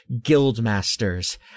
guildmasters